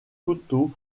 coteau